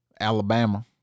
Alabama